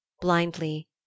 blindly